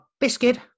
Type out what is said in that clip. biscuit